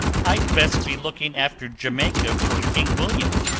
i'd best be looking after jamaica for king william.